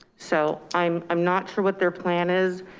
so i'm i'm not sure what their plan is,